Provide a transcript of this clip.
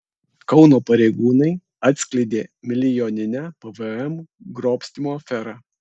kauno pareigūnai atskleidė milijoninę pvm grobstymo aferą